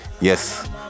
yes